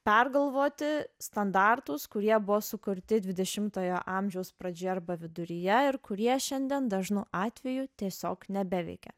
pergalvoti standartus kurie buvo sukurti dvidešimtojo amžiaus pradžioje arba viduryje ir kurie šiandien dažnu atveju tiesiog nebeveikia